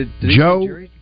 Joe